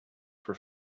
for